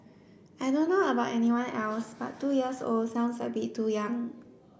I don't know about everyone else but two years old sounds a bit too young